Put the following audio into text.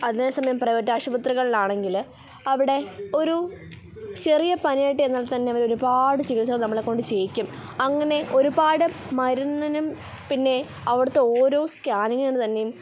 അതേ സമയം പ്രൈവറ്റ് ആശുപത്രികളിലാണെങ്കിൽ അവിടെ ഒരു ചെറിയ പനിയായിട്ട് ചെന്നാൽ തന്നെ അവർ ഒരുപാട് ചികിത്സ നമ്മളെ കൊണ്ട് ചെയ്യിക്കും അങ്ങനെ ഒരുപാട് മരുന്നിനും പിന്നെ അവിടുത്തെ ഓരോ സ്കാനിങ്ങിനും തന്നെയും